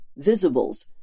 Visibles